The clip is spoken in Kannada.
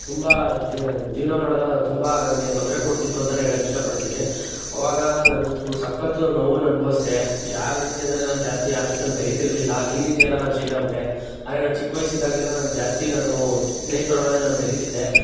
ತುಂಬ ಜೀವನ ಮಾಡಿದಾಗ ತುಂಬ ನನಗೆ ತೊಂದರೆ ಕೊಡ್ತಿತ್ತು ಅಂತಲೇ ಹೇಳೋಕೆ ಇಷ್ಟಪಡ್ತೀನಿ ಅವಾಗ ನಾನು ತು ಸಕತ್ತು ನೋವನ್ನು ಅನುಭವ್ಸ್ದೆ ಯಾವ ರೀತಿ ಅಂದರೆ ನಾನು ಜಾಸ್ತಿ ಯಾರ ಜೊತೆಯೂ ಬೆರೀತಿರ್ಲಿಲ್ಲ ಈ ರೀತಿಯೆಲ್ಲ ನಾನು ಚೇಂಜಾಗ್ಬಿಟ್ಟೆ ಹಾಗಾಗಿ ನಾನು ಚಿಕ್ಕ ವಯಸ್ಸಿದ್ದಾಗೆಲ್ಲ ನಾನು ಜಾಸ್ತಿ ನಾನು ಸ್ನೇಹಿತರೊಡನೆ ನಾನು ಬೆರೀತಿದ್ದೆ